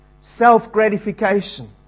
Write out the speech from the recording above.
self-gratification